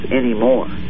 anymore